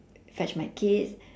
fetch my kids